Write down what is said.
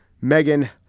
Megan